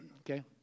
Okay